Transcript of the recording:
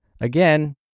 again